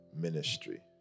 ministry